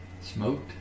Smoked